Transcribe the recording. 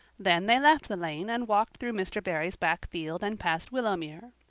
then they left the lane and walked through mr. barry's back field and past willowmere.